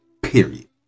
Period